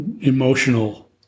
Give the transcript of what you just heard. emotional